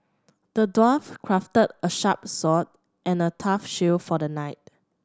the dwarf crafted a sharp sword and a tough shield for the knight